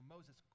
Moses